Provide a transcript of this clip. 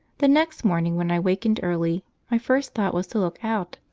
the next morning, when i wakened early, my first thought was to look out,